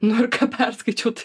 nu ir ką perskaičiau tai